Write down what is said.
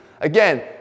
Again